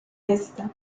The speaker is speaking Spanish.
esta